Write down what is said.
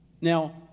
Now